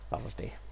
Thursday